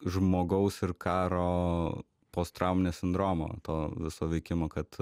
žmogaus ir karo posttrauminio sindromo to viso veikimo kad